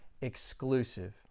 exclusive